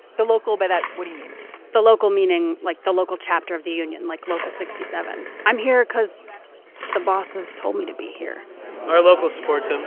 the local by that we mean the local. meaning like the local chapter of the union, like local sixty seven. i'm here because the bosses told me to be here our local sports. and